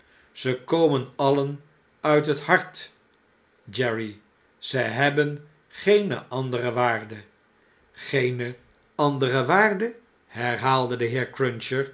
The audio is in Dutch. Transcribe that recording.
ze komen alleen uit het hart terry ze hebben geene andere waarde geene andere waarde herhaalde de heer cruncher